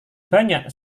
banyak